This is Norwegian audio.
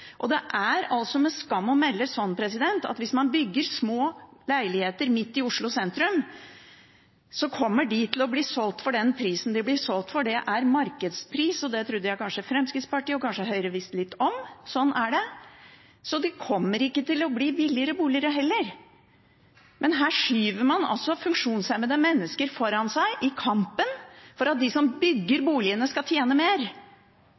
Det er med skam å melde sånn at hvis man bygger små leiligheter midt i Oslo sentrum, kommer de til å bli solgt for den prisen de blir solgt for – det er markedspris, og det trodde jeg kanskje Fremskrittspartiet og Høyre visste litt om. Sånn er det, så det kommer ikke til å bli billigere boliger heller. Her skyver man altså funksjonshemmede mennesker foran seg i kampen for at de som bygger boligene, skal tjene mer,